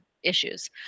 Issues